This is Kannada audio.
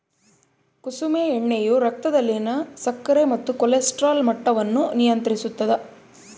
ಕುಸುಮೆ ಎಣ್ಣೆಯು ರಕ್ತದಲ್ಲಿನ ಸಕ್ಕರೆ ಮತ್ತು ಕೊಲೆಸ್ಟ್ರಾಲ್ ಮಟ್ಟವನ್ನು ನಿಯಂತ್ರಿಸುತ್ತದ